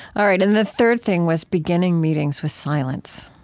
all right. and the third thing was beginning meetings with silence